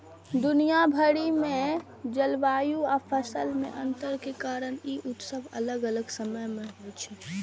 दुनिया भरि मे जलवायु आ फसल मे अंतर के कारण ई उत्सव अलग अलग समय मे होइ छै